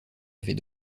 avait